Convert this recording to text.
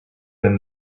been